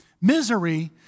misery